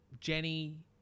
Jenny